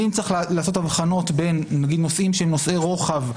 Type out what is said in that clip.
האם צריך לעשות הבחנות בין נושאים שהם נושאי רוחב,